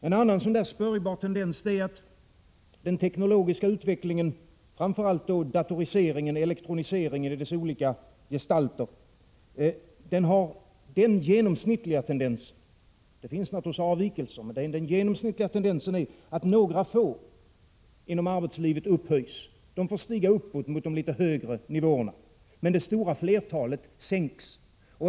En annan spörjbar tendens är att den teknologiska utvecklingen, framför allt datoriseringen och elektroniseringen i dess olika gestalter, har den genomsnittliga tendensen — det finns naturligtvis avvikelser — att några få inom arbetslivet upphöjs, de får stiga upp mot de litet högre nivåerna. Men det stora flertalet sänks.